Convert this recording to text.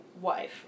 wife